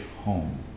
home